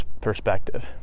perspective